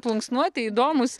plunksnuoti įdomūs